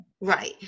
Right